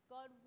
God